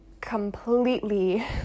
completely